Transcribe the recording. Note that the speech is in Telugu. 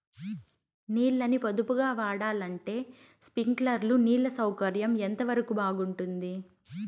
నీళ్ళ ని పొదుపుగా వాడాలంటే స్ప్రింక్లర్లు నీళ్లు సౌకర్యం ఎంతవరకు బాగుంటుంది?